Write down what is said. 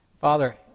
Father